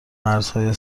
مرزهای